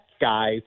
guys